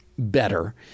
better